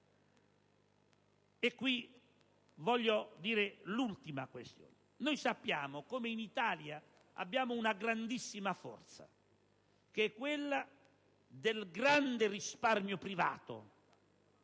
soffermarmi su un'ultima questione. Noi sappiamo come in Italia abbiamo una grandissima forza, che è quella del grande risparmio privato